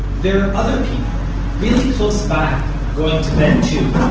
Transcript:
there are other people really close by going to bed too.